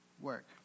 work